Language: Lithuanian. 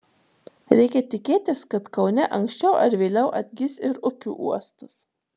reikia tikėtis kad kaune anksčiau ar vėliau atgis ir upių uostas